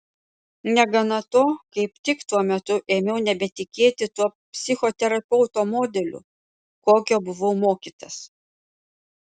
negana to kaip tik tuo metu ėmiau nebetikėti tuo psichoterapeuto modeliu kokio buvau mokytas